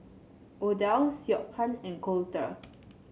Odell Siobhan and Colter